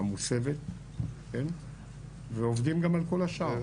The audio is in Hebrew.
המוסבת, ועובדים גם כל השאר.